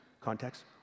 context